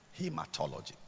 Hematology